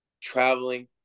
traveling